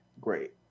Great